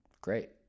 great